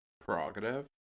prerogative